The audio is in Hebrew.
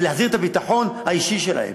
ולהחזיר את הביטחון האישי שלהם.